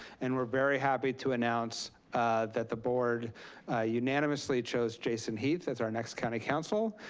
and we're very happy to announce that the board unanimously chose jason heath as our next county counsel.